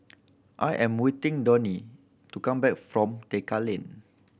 I am waiting Donie to come back from Tekka Lane